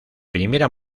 primera